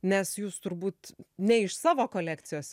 nes jūs turbūt ne iš savo kolekcijos